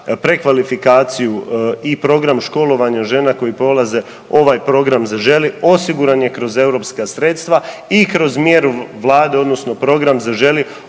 prekvalifikaciju i program školovanja žena koje polaze ovaj program „Zaželi“ osiguran je kroz europska sredstva i kroz mjeru Vlade odnosno program „Zaželi“